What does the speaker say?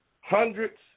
hundreds